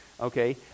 okay